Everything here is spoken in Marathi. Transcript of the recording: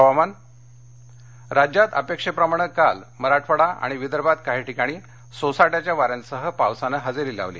हवामान राज्यात अपेक्षेप्रमाणे काल मराठवाडा आणि विदर्भात काही ठिकाणी सोसाट्याच्या वाऱ्यासह पावसानं हजेरी लावली